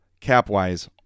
cap-wise